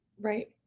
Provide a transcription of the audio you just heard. Right